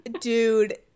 Dude